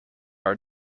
our